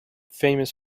famous